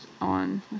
on